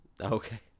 Okay